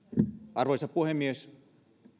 arvoisa puhemies